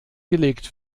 gelegt